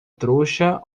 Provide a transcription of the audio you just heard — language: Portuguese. trouxa